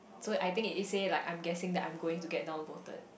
so I think it it say like I'm guessing that I'm going to get down voted